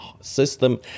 system